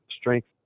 strength